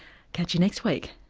catch you next week